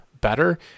better